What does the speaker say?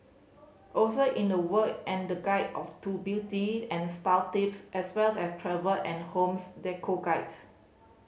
also in the work and the guide of to beauty and style tips as well as travel and homes decor guides